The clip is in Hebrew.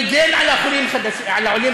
מגן על העולים החדשים,